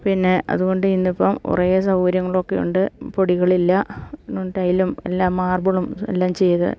പിന്നെ അതുകൊണ്ട് ഇന്നിപ്പം കുറെ സൗകര്യങ്ങളൊക്കെയുണ്ട് പൊടികളില്ല ടൈലും എല്ലാം മാർബിളും എല്ലാം ചെയ്ത്